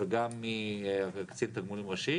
וגם מקצין תגמולים ראשי